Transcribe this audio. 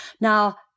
Now